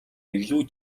илүү